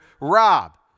Rob